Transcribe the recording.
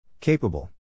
Capable